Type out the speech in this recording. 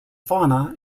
fauna